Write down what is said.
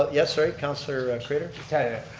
ah yes, right, councilor craitor.